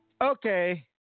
Okay